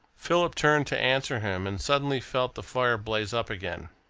philip turned to answer him, and suddenly felt the fire blaze up again.